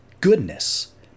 goodness